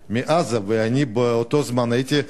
מעזה, ואני באותו זמן הייתי חבר,